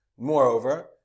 Moreover